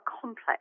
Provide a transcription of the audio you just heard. complex